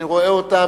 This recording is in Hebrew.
אני רואה אותה,